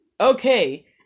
Okay